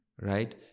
Right